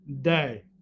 Day